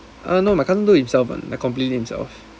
uh no my cousin do himself one like completely himself